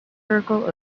circle